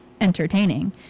entertaining